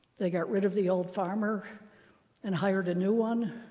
they got rid of the old farmer and hired a new one.